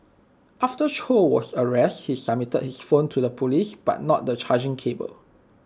after chow was arrested he submitted his phone to the Police but not the charging cable